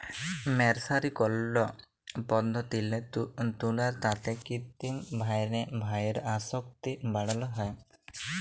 মের্সারিকরল পদ্ধতিল্লে তুলার তাঁতে কিত্তিম ভাঁয়রে ডাইয়ের আসক্তি বাড়ালো হ্যয়